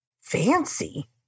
fancy